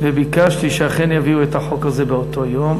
וביקשתי שאכן יביאו את החוק הזה באותו יום.